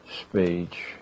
speech